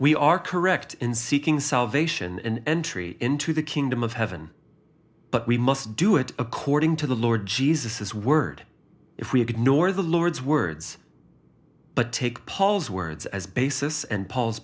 we are correct in seeking salvation and entry into the kingdom of heaven but we must do it according to the lord jesus his word if we ignore the lord's words but take paul's words as basis and pau